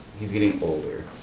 he's getting older,